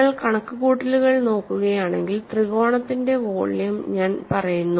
നിങ്ങൾ കണക്കുകൂട്ടൽ നോക്കുകയാണെങ്കിൽ ത്രികോണത്തിന്റെ വോള്യം ഞാൻ പറയുന്നു